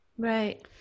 right